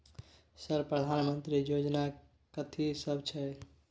Sir प्रधानमंत्री योजना कथि सब छै?